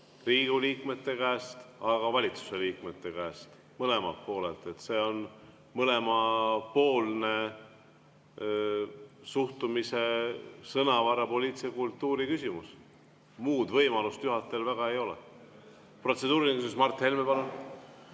Riigikogu liikmete käest, aga ka valitsusliikmete käest, mõlemalt poolelt. See on mõlemapoolne suhtumise, sõnavara, poliitilise kultuuri küsimus. Muud võimalust juhatajal väga ei ole. Protseduuriline küsimus, Mart Helme, palun!